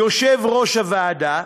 יושב-ראש הוועדה,